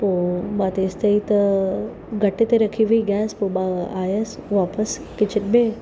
पोइ मां तेसीं ताईं त घटि ते रखी हुई गैस पोइ मां आयसि वापसि किचन में